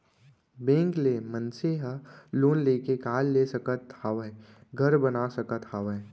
bank ले मनसे ह लोन लेके कार ले सकत हावय, घर बना सकत हावय